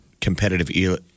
competitive